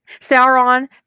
Sauron